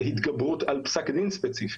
בהתגברות על פסק דין ספציפי.